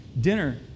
dinner